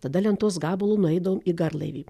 tada lentos gabalu nueidavom į garlaivį